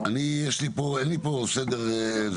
אני יש לי פה, אין לי פה סדר אקראי.